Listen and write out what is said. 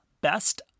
Best